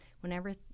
Whenever